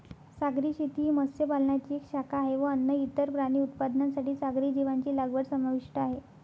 सागरी शेती ही मत्स्य पालनाची एक शाखा आहे व अन्न, इतर प्राणी उत्पादनांसाठी सागरी जीवांची लागवड समाविष्ट आहे